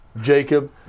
Jacob